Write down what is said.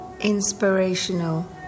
inspirational